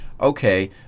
Okay